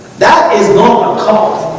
that is not a cop.